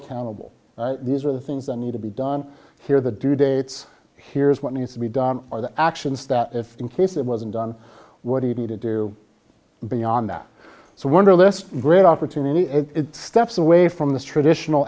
accountable these are the things that need to be done here the due dates here's what needs to be done or the actions that is in case it wasn't done what he needed to do beyond that so wunderlist great opportunity steps away from the traditional